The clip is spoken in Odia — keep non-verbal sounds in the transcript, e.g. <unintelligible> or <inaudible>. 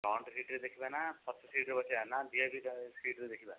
ଫ୍ରଣ୍ଟ୍ ସିଟ୍ରେ ଦେଖିବା ନା ପଛ ସିଟ୍ରେ ବସିବା ନା ଭି ଆଇ ପି <unintelligible> ସିଟ୍ରେ ଦେଖିବା